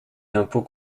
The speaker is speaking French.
d’impôt